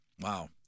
Wow